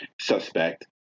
suspect